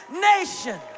nation